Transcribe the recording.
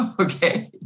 Okay